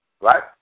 right